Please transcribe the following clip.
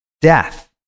death